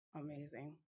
Amazing